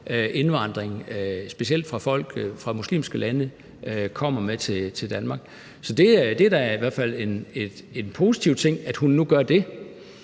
indvandringen, specielt af folk fra muslimske lande, bringer til Danmark. Så det er da i hvert fald en positiv ting, at hun nu gør det.